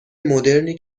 مدرنی